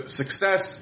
success